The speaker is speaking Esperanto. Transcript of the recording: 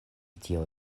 tio